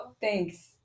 Thanks